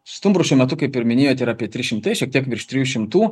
stumbrų šiuo metu kaip ir minėjot yra apie trys šimtai šiek tiek virš trijų šimtų